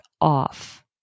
off